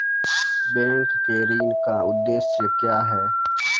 Bank के ऋण का उद्देश्य क्या हैं?